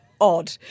odd